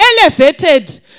elevated